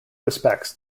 respects